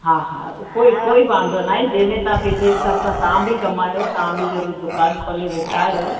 हा हा कोई कोई वांदो न आए जेमें तां पैंजे हिसाब सां ताम बि कमायो तां बि जरूर दुकान खोले वेठा आयो